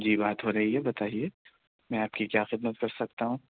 جی بات ہو رہی ہے بتایئے میں آپ کی کیا خدمت کر سکتا ہوں